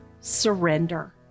surrender